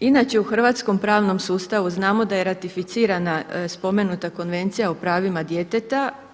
Inače u hrvatskom pravnom sustavu znamo da je ratificiranja spomenuta Konvencija o pravima djeteta